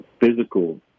physical